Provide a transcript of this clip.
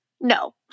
no